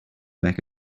back